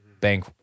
bank